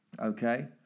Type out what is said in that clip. Okay